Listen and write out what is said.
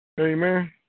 Amen